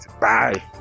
Bye